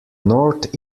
north